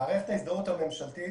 מערכת ההזדהות הממשלתית,